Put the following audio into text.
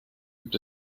gibt